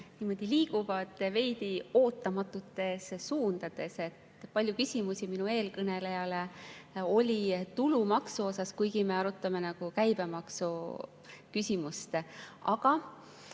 siin saalis liiguvad veidi ootamatutes suundades. Palju küsimusi ka eelkõnelejale oli tulumaksu kohta, kuigi me arutame käibemaksu küsimust. Aga